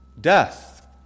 Death